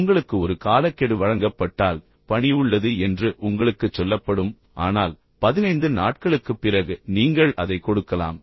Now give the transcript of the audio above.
உங்களுக்கு ஒரு காலக்கெடு வழங்கப்பட்டால் பணி உள்ளது என்று உங்களுக்குச் சொல்லப்படும் ஆனால் 15 நாட்களுக்குப் பிறகு நீங்கள் அதை கொடுக்கலாம்